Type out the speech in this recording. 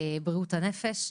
בריאות הנפש.